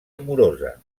amorosa